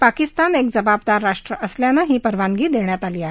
पाकिस्तान एक जबाबदार राष्ट्र असल्यानं ही परवानगी देण्यात आली आहे